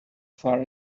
far